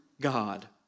God